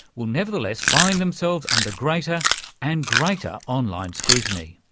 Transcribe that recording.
will nevertheless find themselves under greater and greater online scrutiny.